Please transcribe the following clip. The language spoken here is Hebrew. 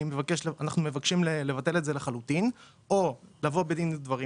אנחנו מבקשים לבטל את זה לחלוטין או לבוא בדין ודברים